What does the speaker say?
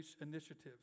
initiatives